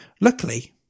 Luckily